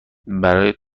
برایت